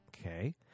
Okay